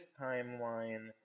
timeline